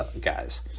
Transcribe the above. guys